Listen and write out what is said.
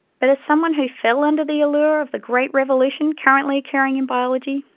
but as someone who fell under the allure of the great revolution currently occuring in biology,